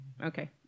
Okay